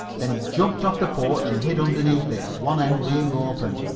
then he jumped off the porch and hid underneath it, one end being open.